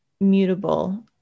mutable